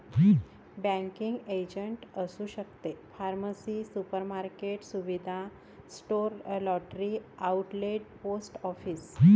banking agent असू शकते pharmacy supermarket सुविधा store lottery outlet post office